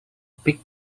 big